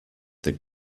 that